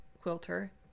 quilter